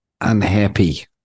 unhappy